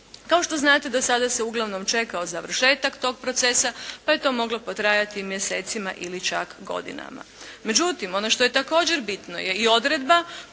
Kao što znate do sada se uglavnom čekao završetak tog procesa pa je to moglo potrajati i mjesecima ili čak godinama. Međutim, ono što je također bitno je i odredba